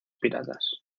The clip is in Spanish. piratas